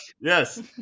Yes